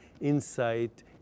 insight